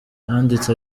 yanditse